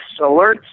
alerts